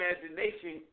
imagination